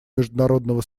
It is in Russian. международного